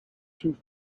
two